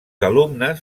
alumnes